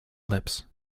lips